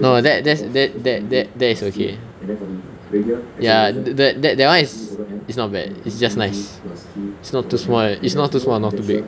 no that that that that that that is okay ya that that that [one] is it's not bad it's just nice it's not too small is not too small or not too big